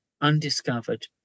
undiscovered